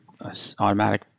automatic